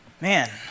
man